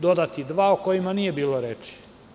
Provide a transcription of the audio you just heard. Dodaću dva o kojima nije bilo reči.